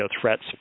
threats